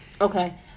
Okay